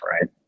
Right